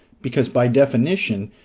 because by definition,